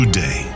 day